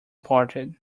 parted